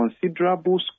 considerable